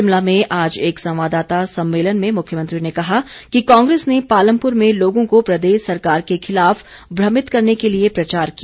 शिमला में आज एक संवाददाता सम्मेलन में मुख्यमंत्री ने कहा कि कांग्रेस ने पालमपुर में लोगों को प्रदेश सरकार के खिलाफ भ्रमित करने के लिए प्रचार किया